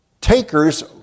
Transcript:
Takers